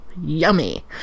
yummy